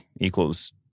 equals